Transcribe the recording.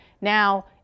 Now